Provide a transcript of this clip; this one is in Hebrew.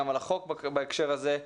גם על החוק בהקשר הזה,